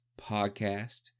podcast